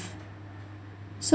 s~